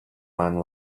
man